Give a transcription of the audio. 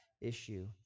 issue